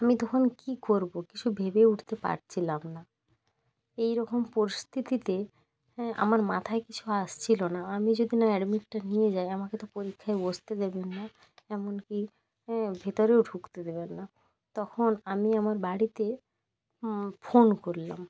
আমি তখন কী করবো কিছু ভেবে উঠতে পারছিলাম না এই রকম পরিস্থিতিতে হ্যাঁ আমার মাথায় কিছু আসছিলো না আমি যদি না অ্যাডমিটটা নিয়ে যাই আমাকে তো পরীক্ষায় বসতে দেবে না এমন কি হ্যাঁ ভেতরেও ঢুকতে দেবেন না তখন আমি আমার বাড়িতে ফোন করলাম